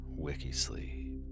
Wikisleep